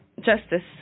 justice